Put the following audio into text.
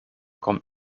kommt